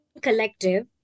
collective